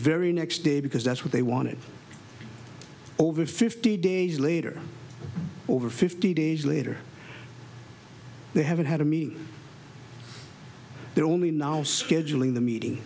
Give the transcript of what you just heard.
very next day because that's what they wanted over fifty days later over fifty days later they haven't had a mean they're only now scheduling the meeting